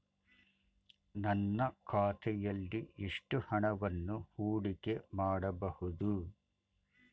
ನನ್ನ ಖಾತೆಯಲ್ಲಿ ಎಷ್ಟು ಹಣವನ್ನು ಹೂಡಿಕೆ ಮಾಡಬಹುದು?